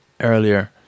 earlier